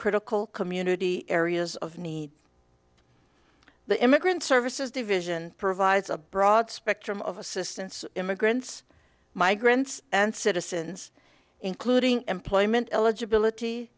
critical community areas of need the immigrant services division provides a broad spectrum of assistance immigrants migrants and citizens including employment eligibility